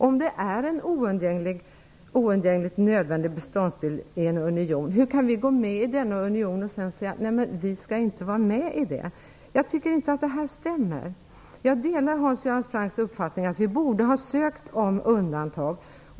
Om det är en oundgänglig, nödvändig beståndsdel i en union, hur kan vi då gå med i den unionen och sedan säga att vi inte skall vara med? Jag tycker inte att det stämmer. Jag delar Hans Göran Francks uppfattning att vi borde ha ansökt om undantag.